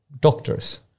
doctors